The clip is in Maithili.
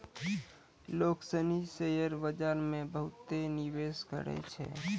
लोग सनी शेयर बाजार मे बहुते निवेश करै छै